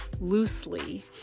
loosely